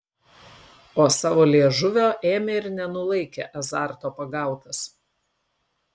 o savo liežuvio ėmė ir nenulaikė azarto pagautas